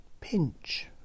Pinch